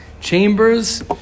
chambers